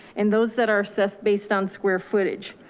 and those that are assessed based on square footage.